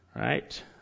Right